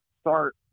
start